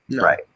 Right